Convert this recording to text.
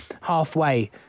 halfway